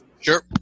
Sure